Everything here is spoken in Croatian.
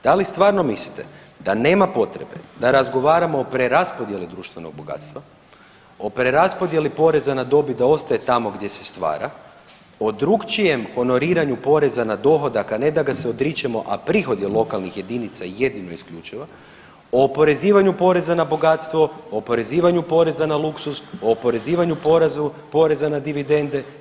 Da li stvarno mislite da nema potrebe da razgovaramo o preraspodjeli društvenog bogatstva, o preraspodjeli poreza na dobit da ostaje tamo gdje se stvara, o drukčijem honoriranu poreza na dohodak, a ne da ga se odričemo, a prihod je lokalnih jedinica jedino isključila, o oporezivanju poreza na bogatstvo, o oporezivanju na luksuz, o oporezivanju poreza na dividende.